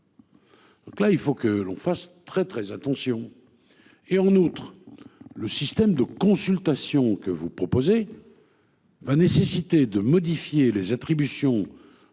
Donc là il faut que l'on fasse très très attention. Et en outre le système de consultation que vous proposez. Va nécessiter de modifier les attributions